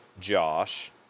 Josh